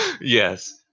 Yes